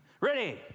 Ready